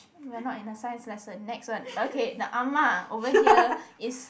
we're not in a science lesson next one okay the ah-ma over here is